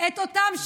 היא התקשרה אליי,